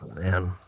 man